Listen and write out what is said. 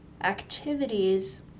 Activities